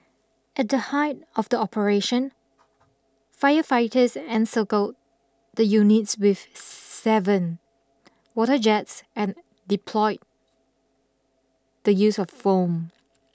at the height of the operation firefighters encircled the units with seven water jets and deployed the use of foam